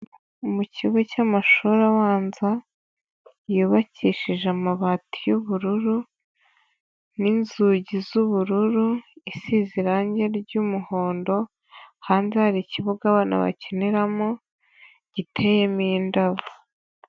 Mu kigo cy'amashuri abanza yubakishije amabati y'ubururu n'inzugi z'ubururu, isize irange ry'umuhondo hanze hari ikibuga abana bakiniramo giteyemo indabo.